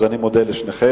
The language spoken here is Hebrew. אז אני מודה לשניכם.